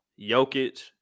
Jokic